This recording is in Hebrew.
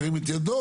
ירים את ידו.